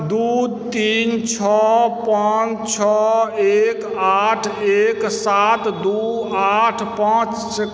दू तीन छओ पाँच छओ एक आठ एक सात दू आठ पाँच